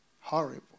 Horrible